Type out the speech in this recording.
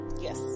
Yes